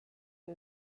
dem